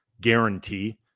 guarantee